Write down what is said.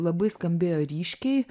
labai skambėjo ryškiai